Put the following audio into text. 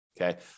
okay